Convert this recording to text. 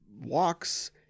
walks